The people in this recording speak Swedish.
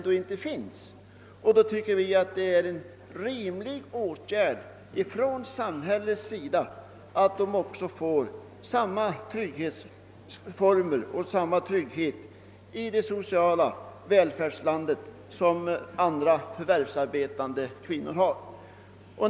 Då vore det enligt vår mening rimligt om samhället också ser till att dessa kvinnor i sitt hemarbete når samma trygghet i det sociala välfärdslandet som andra förvärvsarbetande kvinnor har.